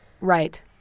Right